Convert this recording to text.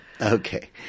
okay